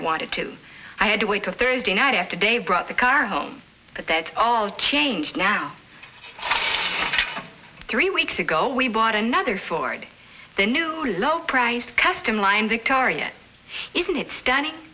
i wanted to i had a week of thursday night after day brought the car home but that's all changed now three weeks ago we bought another ford the new low priced custom line victoria isn't it stunning